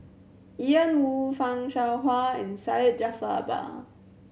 Ian Woo Fan Shao Hua and Syed Jaafar Albar